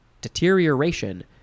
Deterioration